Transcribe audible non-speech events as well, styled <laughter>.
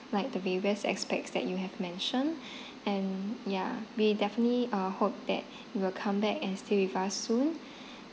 like the various aspects that you have mentioned and ya we definitely uh hope that you will come back and stay with us soon <breath>